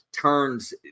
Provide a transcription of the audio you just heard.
turns